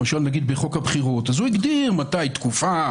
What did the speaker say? למשל בחוק הבחירות את התקופה,